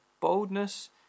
boldness